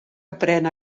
aprèn